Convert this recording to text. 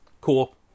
Cool